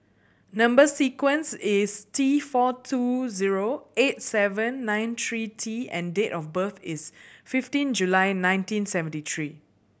number sequence is T four two zero eight seven nine three T and date of birth is fifteen July nineteen seventy three